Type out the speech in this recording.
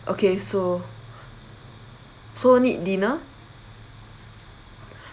okay so so need dinner ah